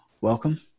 welcome